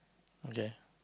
okay